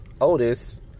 oldest